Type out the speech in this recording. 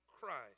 Christ